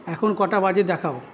এখন কটা বাজে দেখাও